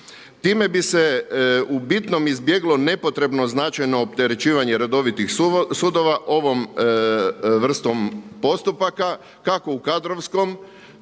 Time bi se u bitnom izbjeglo nepotrebno značajno opterećivanje redovitih sudova ovom vrstom postupaka kako u kadrovskom,